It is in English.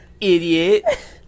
idiot